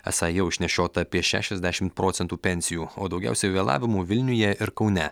esą jau išnešiota apie šešiasdešim procentų pensijų o daugiausia vėlavimų vilniuje ir kaune